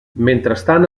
mentrestant